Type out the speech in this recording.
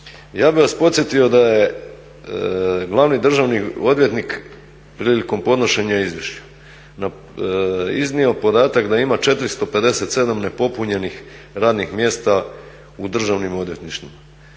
Ja bih vas podsjetio da je glavni državni odvjetnik prilikom podnošenja izvješća iznio podatak da ima 457 nepopunjenih radnih mjesta u državnim odvjetništvima.